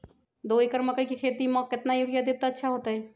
दो एकड़ मकई के खेती म केतना यूरिया देब त अच्छा होतई?